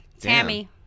Tammy